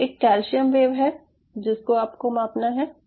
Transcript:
तो एक calcium wave है जिसको आपको मापना है